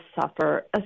suffer